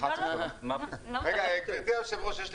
גברתי היושבת-ראש,